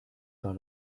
par